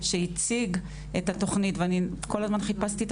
שהציג את התוכנית ואני כל הזמן חיפשתי את